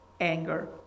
anger